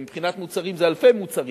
מבחינת מוצרים זה אלפי מוצרים,